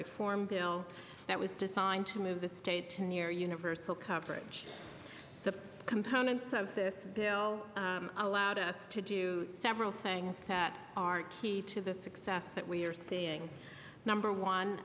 reform bill that was designed to move the state to near universal coverage the components of this bill allowed us to do several things that are key to the success that we are seeing number one